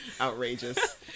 outrageous